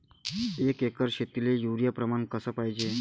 एक एकर शेतीले युरिया प्रमान कसे पाहिजे?